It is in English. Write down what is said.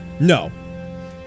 No